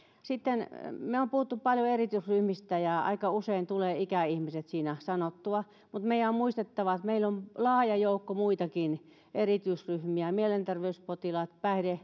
olemme puhuneet paljon erityisryhmistä ja aika usein tulee ikäihmiset siinä sanottua mutta meidän on muistettava että meillä on laaja joukko muitakin erityisryhmiä mielenterveyspotilaat